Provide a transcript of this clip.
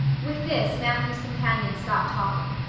with this matthew's companion stopped talking,